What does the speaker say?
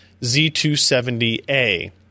Z270A